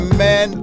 man